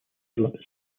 syllabus